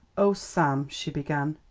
oh, sam, she began,